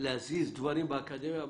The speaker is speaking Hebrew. להזיז דברים באקדמיה,